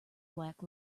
black